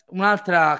Un'altra